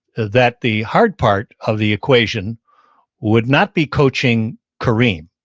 that the hard part of the equation would not be coaching kareem,